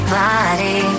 body